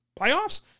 Playoffs